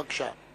בבקשה.